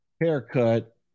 haircut